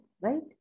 right